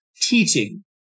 teaching